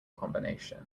combination